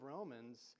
Romans